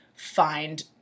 find